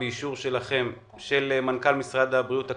באישור מנכ"ל משרד הבריאות הקודם,